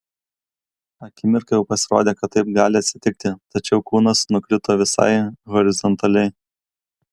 akimirką jau pasirodė kad taip gali atsitikti tačiau kūnas nukrito visai horizontaliai